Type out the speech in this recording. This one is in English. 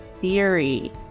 theory